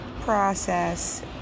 process